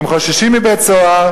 הם חוששים מבית-סוהר,